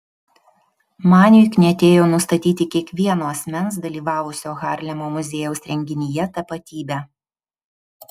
maniui knietėjo nustatyti kiekvieno asmens dalyvavusio harlemo muziejaus renginyje tapatybę